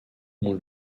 mon